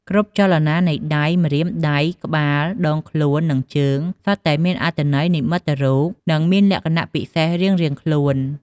គ្រប់ចលនានៃដៃ ម្រាមដៃ ក្បាល ដងខ្លួន និងជើង សុទ្ធតែមានអត្ថន័យនិមិត្តរូប និងមានលក្ខណៈពិសេសរៀងៗខ្លួន។